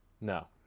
No